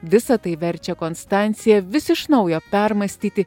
visa tai verčia konstanciją vis iš naujo permąstyti